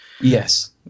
Yes